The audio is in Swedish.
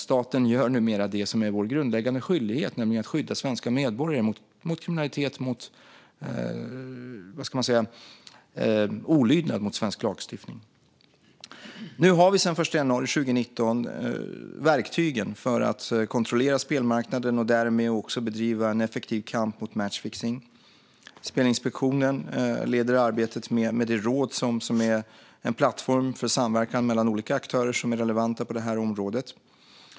Staten gör numera det som är vår grundläggande skyldighet, nämligen att skydda svenska medborgare mot kriminalitet och - vad ska man säga - olydnad mot svensk lagstiftning. Nu har vi sedan den 1 januari 2019 verktygen för att kontrollera spelmarknaden och därmed också bedriva en effektiv kamp mot matchfixning. Spelinspektionen leder arbetet med det råd som är en plattform för samverkan mellan olika aktörer som är relevanta på området.